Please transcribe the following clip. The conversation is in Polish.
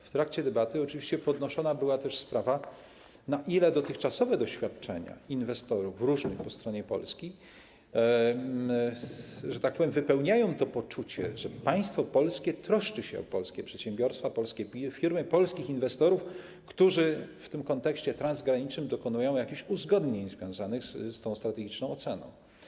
W trakcie debaty oczywiście podnoszona była też sprawa, na ile dotychczasowe doświadczenia różnych inwestorów po stronie polskiej, że tak powiem, wypełniają to poczucie, że państwo polskie troszczy się o polskie przedsiębiorstwa, polskie firmy, polskich inwestorów, którzy w tym kontekście transgranicznym dokonują jakichś uzgodnień związanych z tą strategiczną oceną.